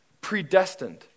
predestined